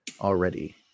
already